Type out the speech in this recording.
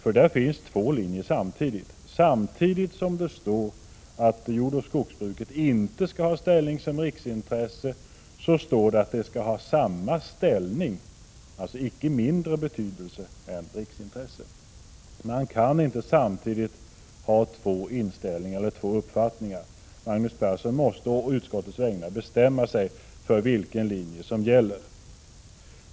Där intar man två ståndpunkter. Samtidigt som det står att jordoch skogsbruket inte skall ha ställning som riksintresse, står det att jordoch skogsbruket skall ha samma ställning — alltså icke mindre betydelse — än riksintresset. Man kan inte samtidigt ha två skilda uppfattningar om samma sak. Magnus Persson måste å utskottets vägnar bestämma sig för vilken linje som gäller.